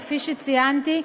כפי שציינתי,